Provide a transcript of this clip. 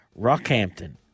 Rockhampton